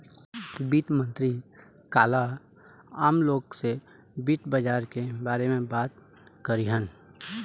वित्त मंत्री काल्ह आम लोग से वित्त बाजार के बारे में बात करिहन